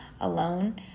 alone